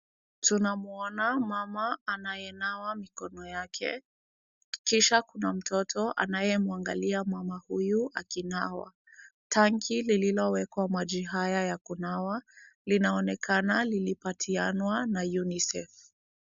Tunamuona mama anayenawa mikono yake, kisha kuna mtoto anayemwangalia mama huyu akinawa. Tanki linalowekwa maji haya ya kunawa linaonekana lilipatianwa na UNICEF.